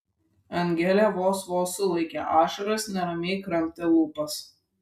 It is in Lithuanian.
angelė vos vos sulaikė ašaras neramiai kramtė lūpas